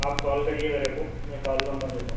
آپ کال کریئے میرے کو میں کال نمبر دیتا ہوں